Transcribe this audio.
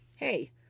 Hey